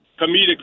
comedic